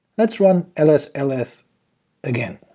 let's run ls ls again.